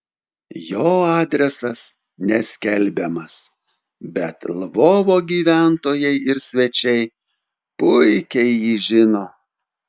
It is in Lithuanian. jo adresas neskelbiamas bet lvovo gyventojai ir svečiai puikiai jį žino